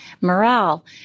morale